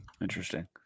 Interesting